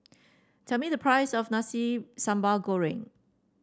tell me the price of Nasi Sambal Goreng